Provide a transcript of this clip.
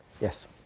Yes